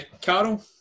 Carol